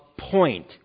point